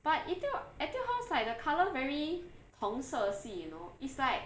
but Etude Etude House like the colour very 同色系 you know it's like